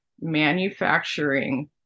manufacturing